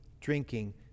drinking